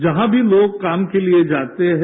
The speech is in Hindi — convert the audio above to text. जहां भी लोग काम के लिए जाते हैं